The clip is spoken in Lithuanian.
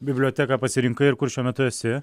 biblioteką pasirinkai ir kur šiuo metu esi